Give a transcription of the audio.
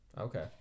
okay